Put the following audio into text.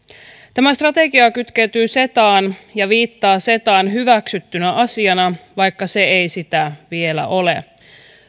tämä strategia kytkeytyy cetaan ja viittaa cetaan hyväksyttynä asiana vaikka se ei sitä vielä ole